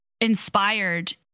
inspired